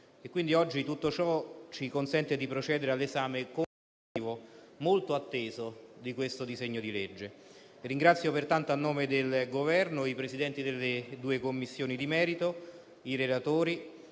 oggi, tutto ciò ci consente di procedere all'esame conclusivo, molto atteso, del disegno di legge in esame. Ringrazio pertanto, a nome del Governo, i Presidenti delle due Commissioni di merito, i relatori